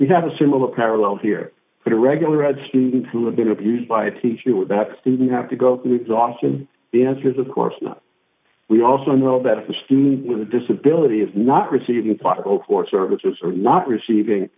we have a similar parallel here for the regular ed students who have been abused by a teacher without the student have to go through exhaustion the answer is of course not we also know that if a student with a disability is not receiving part of hope for services or not receiving